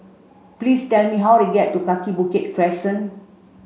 please tell me how to get to Kaki Bukit Crescent